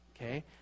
Okay